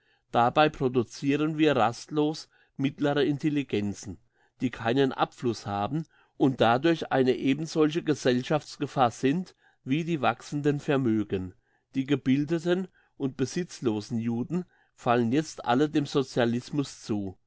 dabei produciren wir rastlos mittlere intelligenzen die keinen abfluss haben und dadurch eine ebensolche gesellschaftsgefahr sind wie die wachsenden vermögen die gebildeten und besitzlosen juden fallen jetzt alle dem socialismus zu